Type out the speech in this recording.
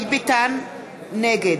נגד